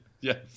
Yes